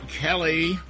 Kelly